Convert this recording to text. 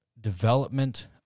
development